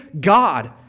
God